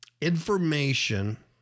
information